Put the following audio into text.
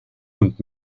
und